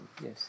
Yes